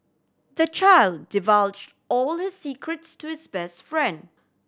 the child divulged all his secrets to his best friend